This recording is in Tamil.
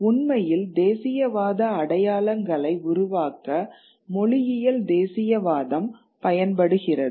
உண்மையில் தேசியவாத அடையாளங்களை உருவாக்க மொழியியல் தேசியவாதம் பயன்படுகிறது